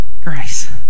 Grace